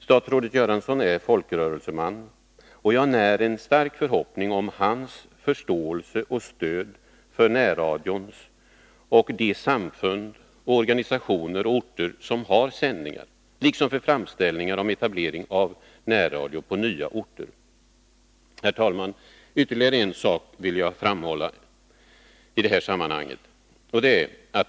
Statsrådet Göransson är folkrörelseman, och jag när en stark förhoppning om hans förståelse och stöd för närradion, för de samfund, organisationer och orter som har sändningar, liksom för framställningar om etablering av närradio på nya orter. Herr talman! Jag vill framhålla ytterligare en sak i detta sammanhang.